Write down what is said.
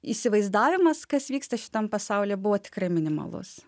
įsivaizdavimas kas vyksta šitam pasaulyje buvo tikrai minimalus